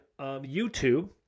YouTube